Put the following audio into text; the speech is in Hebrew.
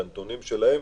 את הנתונים שלהם,